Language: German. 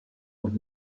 und